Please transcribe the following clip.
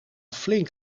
flink